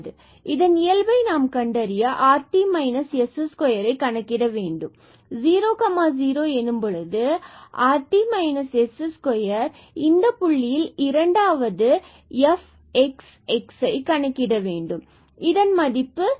நாம் இந்த இயல்பை கண்டறிய அனைத்து புள்ளிகளில் rt s2ஐ கணக்கிட வேண்டும் எனவே 00 rt s2இந்த புள்ளியில் இரண்டாவது fx3x2 12xxஐ நாம் கணக்கிட fxx வேண்டும்